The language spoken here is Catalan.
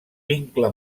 vincle